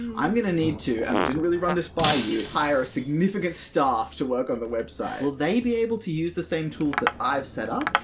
i'm gonna need to, and i didn't really run this by you, hire a significant staff to work on the website. will they be able to use the same tools that i've set up?